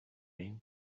mean